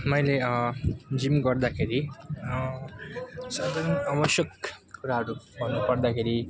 मैले जिम गर्दाखेरि आवश्यक कुराहरू भन्नु पर्दाखेरि